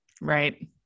Right